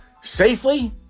safely